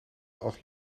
als